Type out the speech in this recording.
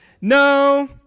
No